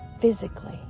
physically